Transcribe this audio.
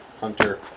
Hunter